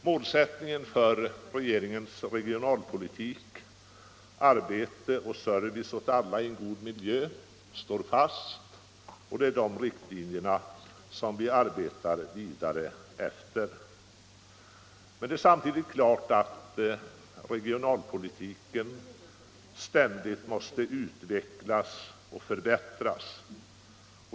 Målsättningen för regeringens regionalpolitik — arbete och service åt alla i en god miljö — står fast, och det är de riktlinjerna som vi arbetar vidare efter. Men samtidigt står det klart att regionalpolitiken ständigt måste utvecklas och förbättras.